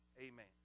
Amen